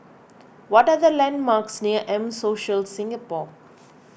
what are the landmarks near M Social Singapore